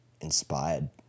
inspired